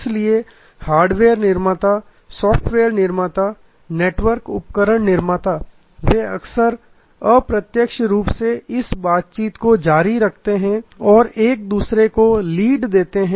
इसलिए हार्डवेयर निर्माता सॉफ्टवेयर निर्माता नेटवर्क उपकरण निर्माता वे अक्सर अप्रत्यक्ष रूप से इस बातचीत को जारी रखते हैं और एक दूसरे को लीड देते हैं